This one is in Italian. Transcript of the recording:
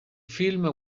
film